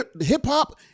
hip-hop